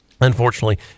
unfortunately